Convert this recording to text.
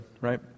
right